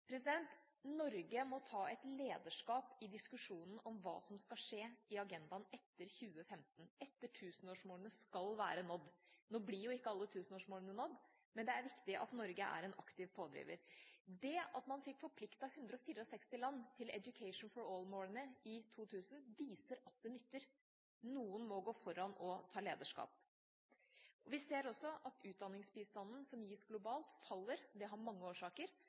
Norge må ta et lederskap i diskusjonen om hva som skal være på agendaen etter 2015 – etter at tusenårsmålene skal være nådd. Nå blir jo ikke alle tusenårsmålene nådd, men det er viktig at Norge er en aktiv pådriver. Det at man fikk forpliktet 164 land til «Education for All»-målene i 2000, viser at det nytter – noen må gå foran og ta lederskap. Vi ser også at utdanningsbistanden som gis globalt, faller. Det har mange årsaker,